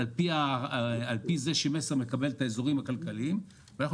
על פי זה ש-מסר מקבלת את האזורים הכלכליים ואנחנו